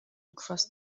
across